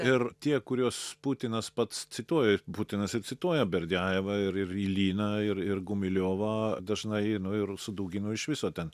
ir tie kuriuos putinas pats cituoja putinas ir cituoja berdiajevą ir iljiną ir ir gumiliovą dažnai nu ir su duginu iš viso ten